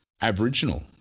Aboriginal